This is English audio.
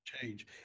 change